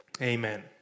Amen